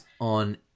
on